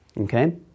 Okay